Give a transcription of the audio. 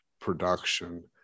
production